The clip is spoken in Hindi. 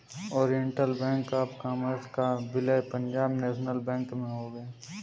ओरिएण्टल बैंक ऑफ़ कॉमर्स का विलय पंजाब नेशनल बैंक में हो गया है